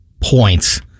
points